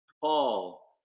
Paul